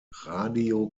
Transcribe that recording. radio